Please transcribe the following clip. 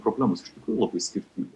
problemos iš tikro labai skirtingos